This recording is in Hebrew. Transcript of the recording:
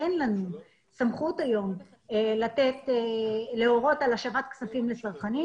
אין לנו היום סמכות להורות על השבת כספים לצרכנים.